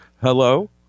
Hello